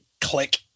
click